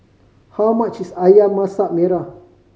how much is Ayam Masak Merah